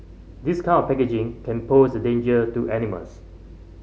this kind of packaging can pose a danger to animals